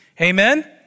Amen